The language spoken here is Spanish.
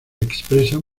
expresan